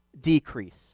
decrease